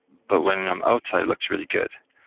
but when i'm outside, it looks really good.